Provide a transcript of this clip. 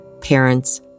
parents